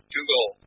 Google